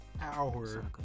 hour